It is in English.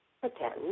pretend